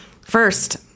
first